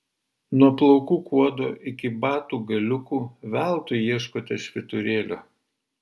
nuo plaukų kuodo iki batų galiukų veltui ieškote švyturėlio